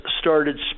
started